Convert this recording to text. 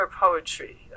poetry